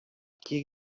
qui